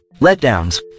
letdowns